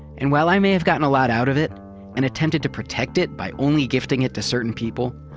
and while i may have gotten a lot out of it and attempted to protect it by only gifting it to certain people,